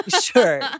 Sure